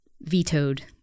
vetoed